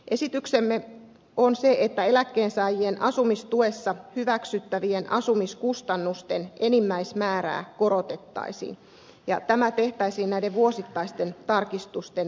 esityksemme on se että eläkkeensaajien asumistuessa hyväksyttävien asumiskustannusten enimmäismäärää korotettaisiin ja tämä tehtäisiin näiden vuosittaisten tarkistuksen lisäksi